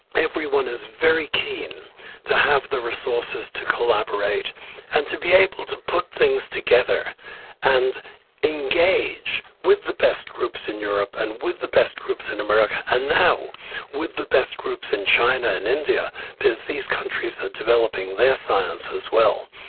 everyone is very keen to have the resources to collaborate and to be able to put things together and engage with the best groups in europe and with the best groups in america, and now with the best groups in china and india as these countries are developing their science as well.